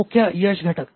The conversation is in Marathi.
मुख्य यश घटक